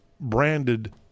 branded